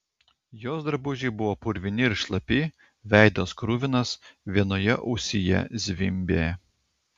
jos drabužiai buvo purvini ir šlapi veidas kruvinas vienoje ausyje zvimbė